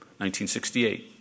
1968